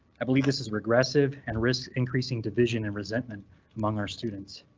i believe this is regressive and risks increasing division and resentment among our students.